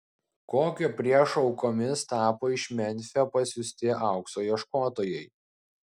kokio priešo aukomis tapo iš memfio pasiųsti aukso ieškotojai